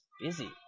busy